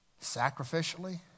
sacrificially